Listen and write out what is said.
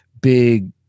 big